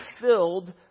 filled